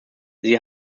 sie